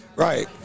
Right